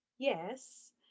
Yes